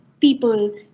people